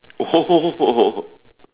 oh